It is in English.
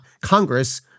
Congress